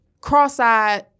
cross-eyed